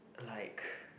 like